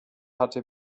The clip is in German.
hatte